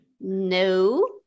No